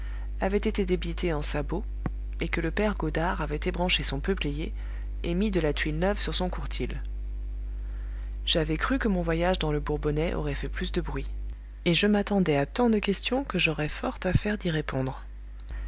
avait été débité en sabots et que le père godard avait ébranché son peuplier et mis de la tuile neuve sur son courtil j'avais cru que mon voyage dans le bourbonnais aurait fait plus de bruit et je m'attendais à tant de questions que j'aurais fort à faire d'y répondre